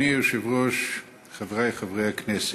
חברי הכנסת,